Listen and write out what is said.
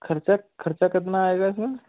ख़र्च ख़र्च कितना आएगा इस में